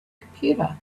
computer